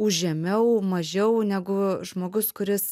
už žemiau mažiau negu žmogus kuris